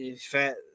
fat